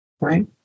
right